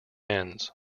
ends